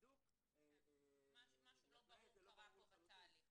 הצידוק -- משהו לא ברור קרה פה בתהליך.